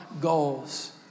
goals